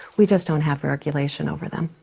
we just don't have regulation over them.